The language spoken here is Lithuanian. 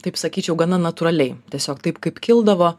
taip sakyčiau gana natūraliai tiesiog taip kaip kildavo